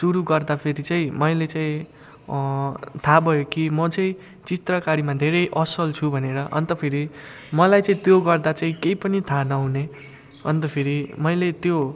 सुरु गर्दाखेरि चाहिँ मैले चाहिँ थाह भयो कि म चाहिँ चित्रकारीमा धेरै असल छु भनेर अन्त फेरि मलाई चाहिँ त्यो गर्दा चाहिँ केही पनि थाह नहुने अन्त फेरि मैले त्यो